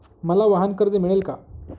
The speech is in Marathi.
मला वाहनकर्ज मिळेल का?